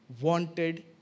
wanted